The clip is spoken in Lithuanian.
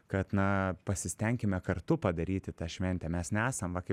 kad na pasistenkime kartu padaryti tą šventę mes nesam va kaip